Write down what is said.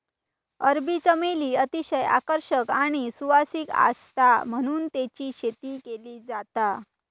अरबी चमेली अतिशय आकर्षक आणि सुवासिक आसता म्हणून तेची शेती केली जाता